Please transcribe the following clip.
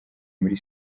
muri